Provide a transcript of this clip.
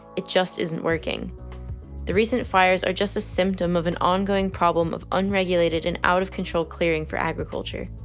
it just isn't working the recent fires are just a symptom of an ongoing problem of unregulated and out-of-control clearing for agriculture.